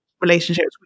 relationships